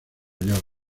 york